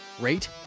rate